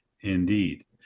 indeed